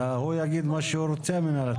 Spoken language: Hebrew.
הוא יגיד מה שהוא רוצה מהתכנון.